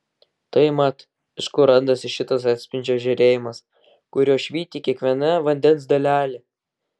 tai mat iš kur randasi šitas atspindžio žėrėjimas kuriuo švyti kiekviena vandens dalelė